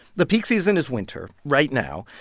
the peak season is winter right now.